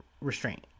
restraint